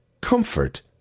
comfort